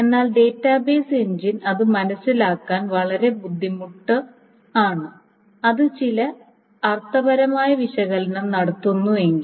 എന്നാൽ database engine അത് മനസ്സിലാക്കാൻ വളരെ ബുദ്ധിമുട്ടാണ് അത് ചില അർത്ഥപരമായ വിശകലനം നടത്തുന്നില്ലെങ്കിൽ